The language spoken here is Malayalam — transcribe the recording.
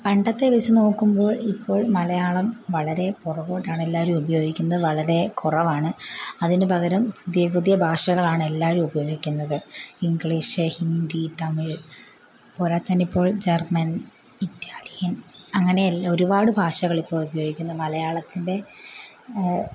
പണ്ടത്തെ വെച്ച് നോക്കുമ്പോൾ ഇപ്പോൾ മലയാളം വളരെ പുറകോട്ടാണെല്ലാവരും ഉപയോഗിക്കുന്നത് വളരെ കുറവാണ് അതിന് പകരം പുതിയ പുതിയ ഭാഷകളാണെല്ലാവരും ഉപയോഗിക്കുന്നത് ഇംഗ്ലീഷ് ഹിന്ദി തമിഴ് പോരാത്തതിനിപ്പോൾ ജർമ്മൻ ഇറ്റാലിയൻ അങ്ങനെ ഒരുപാട് ഭാഷകളിപ്പോൾ ഉപയോഗിക്കുന്നു മലയാളത്തിൻ്റെ